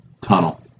tunnel